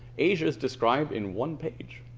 asia is described in one page.